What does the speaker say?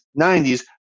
90s